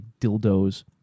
dildos